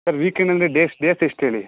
sir weekend ಅಂದರೆ days days ಎಷ್ಟು ಹೇಳಿ